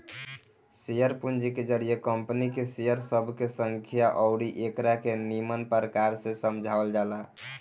share पूंजी के जरिए कंपनी के शेयर सब के संख्या अउरी एकरा के निमन प्रकार से समझावल जाला